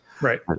Right